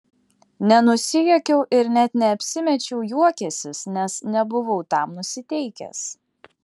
nenusijuokiau ir net neapsimečiau juokiąsis nes nebuvau tam nusiteikęs